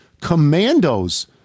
commandos